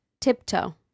tiptoe